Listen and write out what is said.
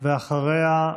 אחריה,